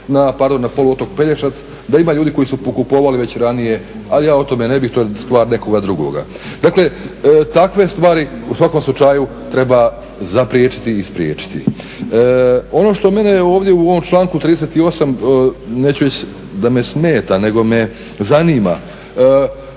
na poluotok Pelješac da ima ljudi koji su pokupovali već ranije, ali ja o tome ne bih to je stvar nekoga drugoga. Dakle, takve stvari u svakom slučaju treba zapriječiti i spriječiti. Ono što mene ovdje u ovom članku 38., neću reći da me smeta, nego me zanima,